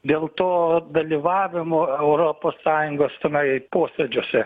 dėl to dalyvavimo europos sąjungos tenai posėdžiuose